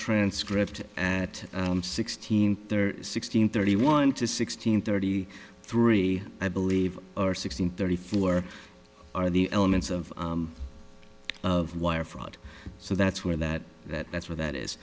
transcript and at sixteen there are sixteen thirty one to sixteen thirty three i believe or sixteen thirty four are the elements of of wire fraud so that's where that that that's where that is